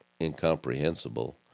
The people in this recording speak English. incomprehensible